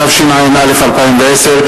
התשע"א 2010,